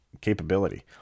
capability